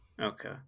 Okay